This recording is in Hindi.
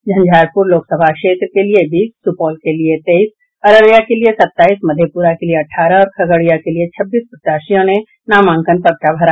झंझारपुर लोकसभा क्षेत्र के लिए बीस सुपौल के लिए तेईस अररिया के लिए सत्ताईस मधेपुरा के लिए अठारह और खगड़िया के लिए छब्बीस प्रत्याशियों ने नामांकन का पर्चा भरा